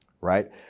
right